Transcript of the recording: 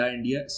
India